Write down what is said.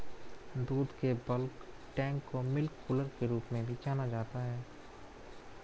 दूध के bulk tank को मिल्क कूलर के रूप में भी जाना जाता है